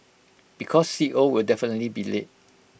because C O will definitely be late